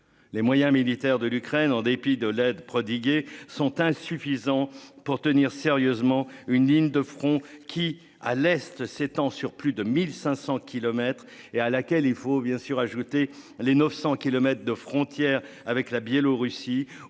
Les moyens militaires de l'Ukraine, en dépit de l'aide prodiguée sont insuffisants pour tenir sérieusement une ligne de front qui à l'Est s'étend sur plus de 1500 kilomètres et à laquelle il faut bien sûr ajouter les 900 kilomètres de frontière avec la Biélorussie,